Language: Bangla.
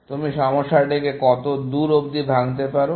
তুমি সমস্যাটিকে কতদূর অব্দি ভাঙতে পারো